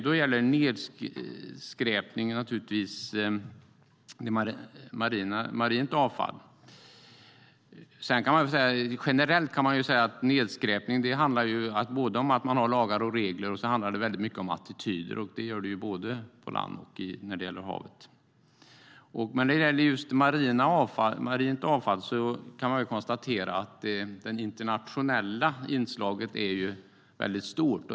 Då gäller det naturligtvis nedskräpning och marint avfall. Man kan väl generellt säga att nedskräpningen på land och i havet bekämpas dels med lagar och regler, dels väldigt mycket med attityder. Men när det gäller just marint avfall kan man väl konstatera att det internationella inslaget är väldigt stort.